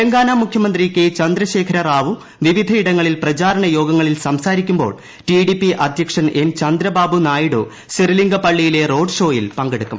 തെലങ്കാന മുഖ്യമന്ത്രി കെ ചന്ദ്രശേഖര റാവു വിവിധയിടങ്ങളിൽ പ്രചരണ യോഗങ്ങളിൽ സംസാരിക്കുമ്പോൾ ടി ഡി പി അധ്യക്ഷൻ എൻ ചന്ദ്രബാബു നായിഡു സെറിലിംഗപള്ളിയിലെ റോഡ് ഷോയിൽ പങ്കെടുക്കും